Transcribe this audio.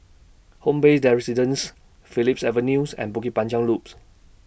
Home Bay Dan Residences Phillips Avenues and Bukit Panjang Loops